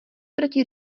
proti